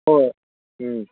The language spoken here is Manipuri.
ꯍꯣꯏ ꯎꯝ